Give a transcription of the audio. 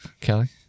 Kelly